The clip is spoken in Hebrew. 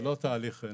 זה לא תהליך נכון.